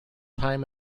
time